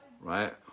right